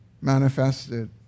manifested